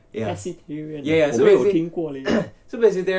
pescatarian uh 我没有听过 leh